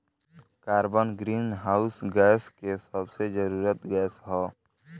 carbon greenhouse gas के सबसे जरूरी गैस ह